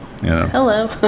Hello